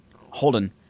Holden